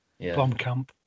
Blomkamp